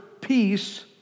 peace